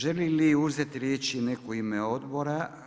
Želi li uzeti riječ netko u ime odbora?